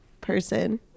person